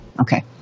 Okay